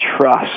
trust